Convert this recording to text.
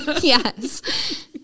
yes